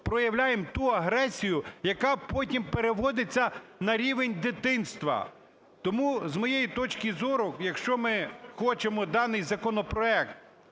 проявляємо ту агресію, яка потім переводиться на рівень дитинства. Тому, з моєї точки зору, якщо ми хочемо даний законопроект